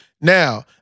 Now